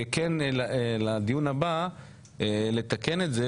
שכן לדיון הבא לתקן את זה,